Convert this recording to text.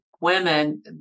women